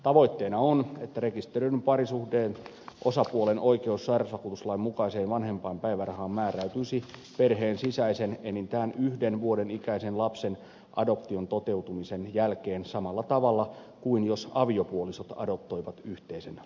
tavoitteena on että rekisteröidyn parisuhteen osapuolen oikeus sairausvakuutuslain mukaiseen vanhempainpäivärahaan määräytyisi perheen sisäisen enintään yhden vuoden ikäisen lapsen adoption toteutumisen jälkeen samalla tavalla kuin jos aviopuolisot adoptoivat yhteisen lapsen